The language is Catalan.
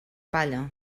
palla